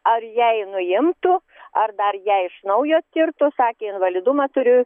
ar jei nuimtų ar dar ją iš naujo skirtų sakė invalidumą turiu